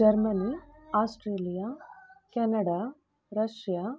Germany Australia Canada Russia